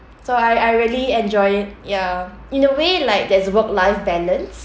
so I I really enjoy it ya in a way like there's work life balance